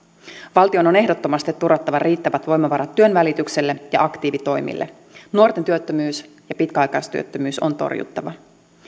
valtion on ehdottomasti turvattava riittävät voimavarat työnvälitykselle ja aktiivitoimille nuorten työttömyys ja pitkäaikaistyöttömyys on torjuttava